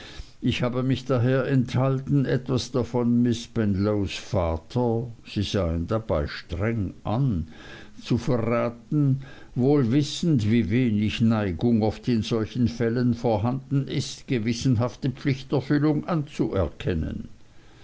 ich habe mich daher enthalten etwas davon miß spenlows vater sie sah ihn dabei streng an zu verraten wohl wissend wie wenig neigung oft in solchen fällen vorhanden ist gewissenhafte pflichterfüllung anzuerkennen